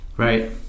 Right